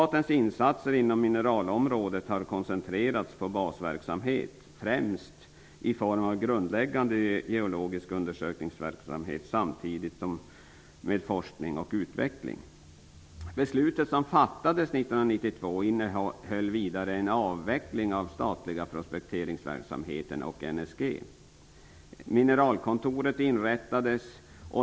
Statens insatser inom mineralområdet har koncentrerats på basverksamhet främst i form av grundläggande geologisk undersökningsverksamhet samtidigt med forskning och utveckling. Mineralkontoret inrättades.